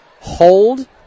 Hold